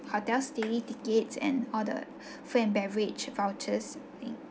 hotels daily tickets and all the food and beverage vouchers